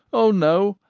oh no,